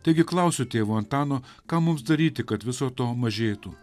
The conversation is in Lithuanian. taigi klausiu tėvo antano ką mums daryti kad viso to mažėtų